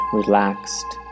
relaxed